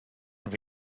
have